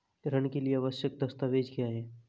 ऋण के लिए आवश्यक दस्तावेज क्या हैं?